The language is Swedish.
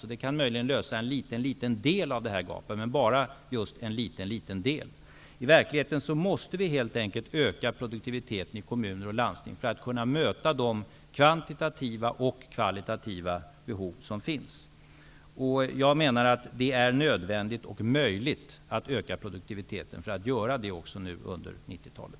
Det kan därför möjligen lösa en liten del av detta gap, men bara just en liten del. I verkligheten måste vi helt enkelt öka produktiviteten i kommuner och landsting för att kunna möta de kvantitativa och kvalitativa behov som finns. Jag menar att det är nödvändigt och möjligt att öka produktiviteten för att göra det nu under 90-talet.